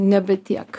nebe tiek